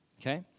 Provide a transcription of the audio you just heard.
Okay